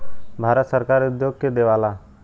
भारत सरकार उद्योग के देवऽला